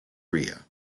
rea